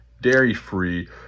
dairy-free